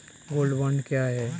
Gold bond क्या है?